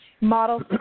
model